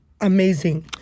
amazing